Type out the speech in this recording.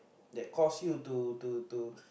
that cause you to to to